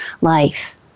life